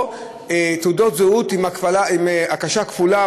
או תעודות זהות עם הרכשה כפולה,